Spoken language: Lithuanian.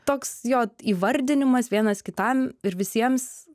toks jo įvardinimas vienas kitam ir visiems